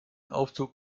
aufzug